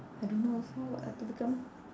I don't know also what ah to become